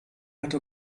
hatte